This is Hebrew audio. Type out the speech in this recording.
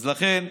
אז לכן,